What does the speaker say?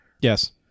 Yes